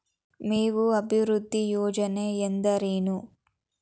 ಮೇವು ಅಭಿವೃದ್ಧಿ ಯೋಜನೆ ಎಂದರೇನು?